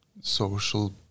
social